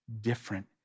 different